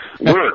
work